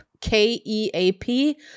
K-E-A-P